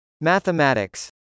Mathematics